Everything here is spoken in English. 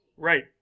Right